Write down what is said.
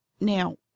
Now